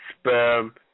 sperm